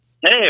Hey